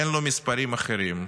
אין מספרים אחרים,